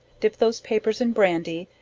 dip those papers in brandy,